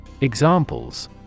Examples